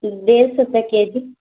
ڈیرھ سو پے کے جی